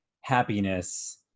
happiness